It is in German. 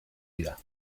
wieder